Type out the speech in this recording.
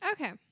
Okay